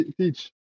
teach